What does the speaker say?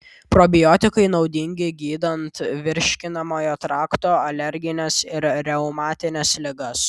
probiotikai naudingi gydant virškinamojo trakto alergines ir reumatines ligas